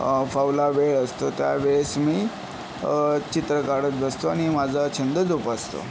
फावला वेळ असतो त्यावेळेस मी चित्र काढत बसतो आणि माझा छंद जोपासतो